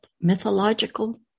mythological